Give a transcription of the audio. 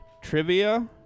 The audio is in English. Trivia